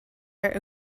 art